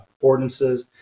ordinances